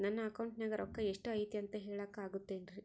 ನನ್ನ ಅಕೌಂಟಿನ್ಯಾಗ ರೊಕ್ಕ ಎಷ್ಟು ಐತಿ ಅಂತ ಹೇಳಕ ಆಗುತ್ತೆನ್ರಿ?